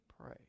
pray